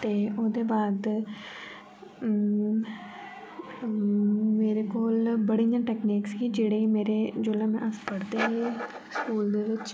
ते ओह्दे बाद मेरे कोल बड़ी गै टेकनिक्स ही जेह्ड़े मेरे जेल्लै अस पढ़दे हे स्कूल दे बिच्च